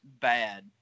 bad